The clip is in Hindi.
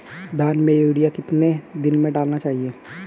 धान में यूरिया कितने दिन में डालना चाहिए?